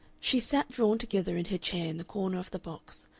she sat drawn together in her chair in the corner of the box,